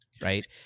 right